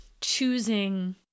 choosing